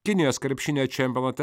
kinijos krepšinio čempionate